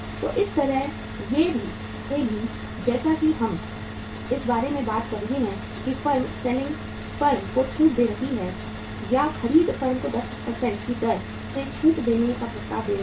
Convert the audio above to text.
तो इस तरह से भी जैसा कि हम इस बारे में बात कर रहे थे कि फर्म सेलिंग फर्म को छूट दे रही है या खरीद फर्म को 10 की दर से छूट देने का प्रस्ताव दे रही है